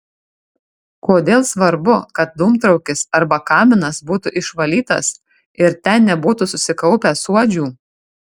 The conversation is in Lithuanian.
kodėl svarbu kad dūmtraukis arba kaminas būtų išvalytas ir ten nebūtų susikaupę suodžių